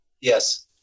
Yes